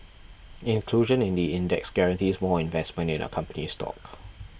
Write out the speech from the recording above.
inclusion in the index guarantees more investment in a company's stock